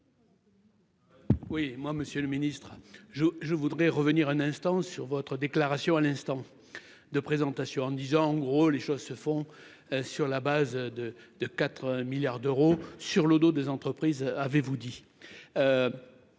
Oui, moi, Monsieur le Ministre, je je voudrais revenir un instant sur votre déclaration à l'instant de présentation en disant en gros, les choses se font sur la base de de 4 milliards d'euros sur le dos des entreprises, avez-vous dit,